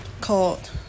called